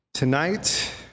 Tonight